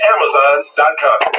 Amazon.com